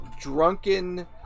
drunken